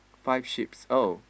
five sheeps oh